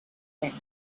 pena